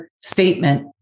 statement